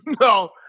No